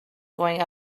going